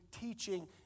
teaching